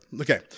Okay